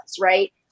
right